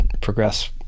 progress